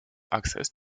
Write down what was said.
access